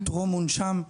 טרום מונשם,